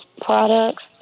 products